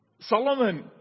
Solomon